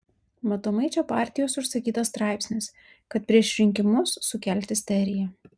matomai čia partijos užsakytas straipsnis kad prieš rinkimus sukelt isteriją